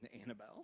Annabelle